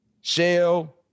Shell